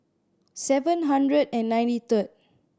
seven hundred and ninety third